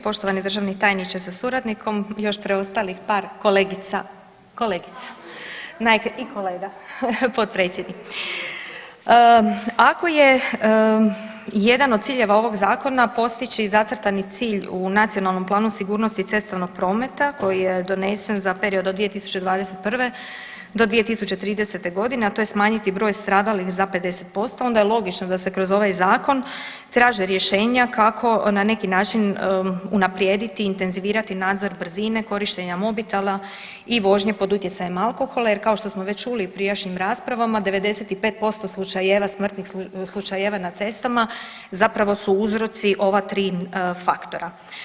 Poštovani državni tajniče sa suradnikom, još preostalih par kolegica, kolegica i kolega potpredsjednik, ako jedan od ciljeva ovoga zakona postići zacrtani cilj u Nacionalnom prometu sigurnosti cestovnog prometa koji je donesen za period od 2021. do 2030. godine, a to je smanjiti broj stradalih za 50% onda je logično da se kroz ovaj zakon traže rješenja kako na neki način unaprijediti, intenzivirati nadzor brzine, korištenja mobitela i vožnje pod utjecajem alkohola jer kao što smo već čuli u prijašnjim raspravama 95% slučajeva, smrtnih slučajeva na cestama zapravo su uzroci ova 3 faktora.